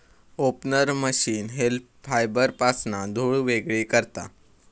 opener machine hemp फायबरपासना धुळ वेगळी करता